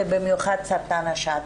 ובמיוחד סרטן השד.